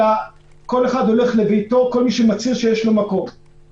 כל מי שמצהיר שיש לו מקום הולך לביתו.